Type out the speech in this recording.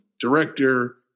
director